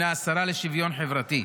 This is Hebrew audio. השרה לשוויון חברתי.